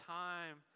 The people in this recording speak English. time